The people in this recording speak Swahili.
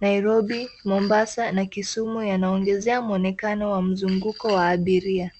Nairobi, Mombasa na Kisumu yanaongezea mwonekano wa mzunguko wa abiria.